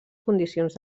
condicions